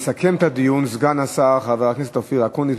יסכם את הדיון סגן השר חבר הכנסת אופיר אקוניס.